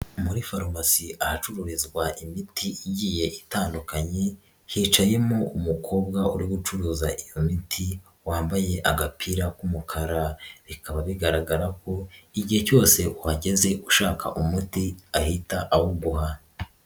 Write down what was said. Muri farumasi ahacururizwa imiti igiye itandukanye hicayemo umukobwa uri gucuruza iyo miti wambaye agapira k'umukara, bikaba bigaragara ko igihe cyose uhageze ushaka umuti ahita awuguha.